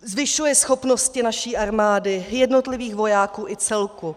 Zvyšuje schopnosti naší armády, jednotlivých vojáků i celku.